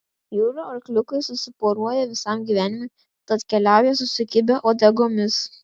jūrų arkliukai susiporuoja visam gyvenimui tad keliauja susikibę uodegomis